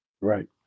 Right